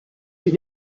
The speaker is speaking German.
sich